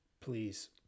please